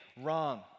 wrong